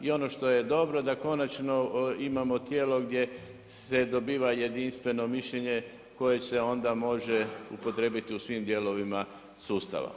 I ono što je dobro da konačno imamo tijelo gdje se dobiva jedinstveno mišljenje koje se onda može upotrijebiti u svim dijelovima sustava.